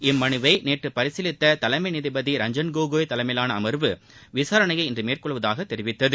இம்மனுவை நேற்று பரிசீலித்த தலைமை நீதிபதி ரஞ்சன் கோகாய் தலைமையிலான அமர்வு விசாரணையை இன்று மேற்கொள்வதாக தெரிவித்தது